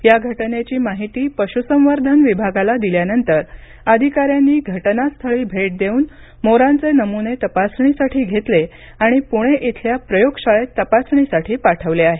या घटनेची माहिती पशूसंवर्धन विभागाला दिल्यानंतर अधिकाऱ्यांनी घटनास्थळी भेट देऊन मोरांचे नमुने तपासणीसाठी घेतले आणि पुणे इथल्या प्रयोगशाळेत तपासणीसाठी पाठवले आहेत